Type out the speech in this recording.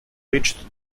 reached